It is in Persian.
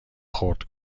خرد